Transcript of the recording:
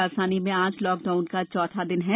राजधानी में आज लॉकडाउन का चौथा दिन है